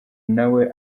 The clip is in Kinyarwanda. nawe